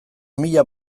mila